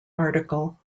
article